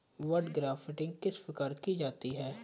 बड grafting किस प्रकार की जाती है?